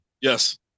Yes